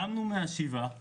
קמנו מהשבעה